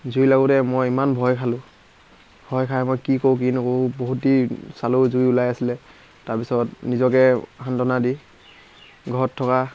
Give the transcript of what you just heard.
জুই লাগোঁতে মই ইমান ভয় খালোঁ ভয় খাই মই কি কৰোঁ কি নকৰোঁ বহুত দেৰি চালোঁ জুই ওলাই আছিলে তাৰপিছত নিজকে সান্ত্বনা দি ঘৰত থকা